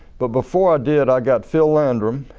but before i did i got phil landrum